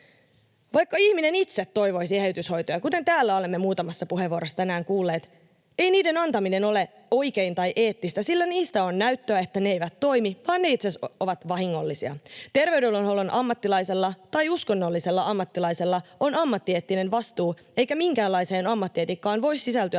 Vaikka ihminen itse toivoisi eheytyshoitoja, kuten täällä olemme muutamassa puheenvuorossa tänään kuulleet, ei niiden antaminen ole oikein tai eettistä, sillä niistä on näyttöä, että ne eivät toimi, vaan ne itse asiassa ovat vahingollisia. Terveydenhuollon ammattilaisella tai uskonnollisella ammattilaisella on ammattieettinen vastuu, eikä minkäänlaiseen ammattietiikkaan voi sisältyä